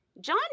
John